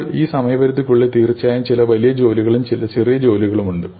ഇപ്പോൾ ഈ സമയപരിധിക്കുള്ളിൽ തീർച്ചയായും ചില വലിയ ജോലികളും ചില ചെറിയ ജോലികളും ഉണ്ട്